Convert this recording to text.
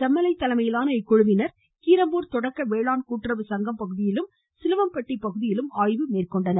செம்மலை தலைமையிலான இக்குழுவினர் தொடக்க கீரம்பூர் வேளாண்மை கூட்டுறவு சங்கம் பகுதியிலும் சிலுவம்பட்டி பகுதியிலும் மேற்கொண்டனர்